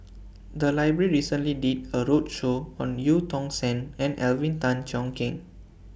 The Library recently did A roadshow on EU Tong Sen and Alvin Tan Cheong Kheng